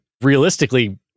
realistically